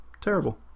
terrible